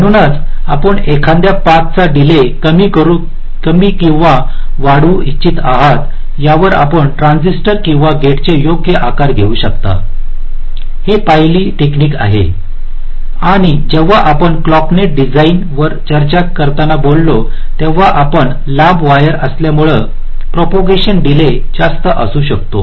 म्हणूनच आपण एखाद्या पाथचा डीले कमी करू किंवा वाढवू इच्छित आहात यावर आपण ट्रान्झिस्टर किंवा गेट चे योग्य आकार घेऊ शकता हे पहिली टेकनिक आहे आणि जेव्हा आपण क्लॉक नेट डिझाइनवर चर्चा करताना बोललो तेव्हा आपण लांब वायर असल्यामुळे प्रोपोगंशन डीले जास्त असू शकतो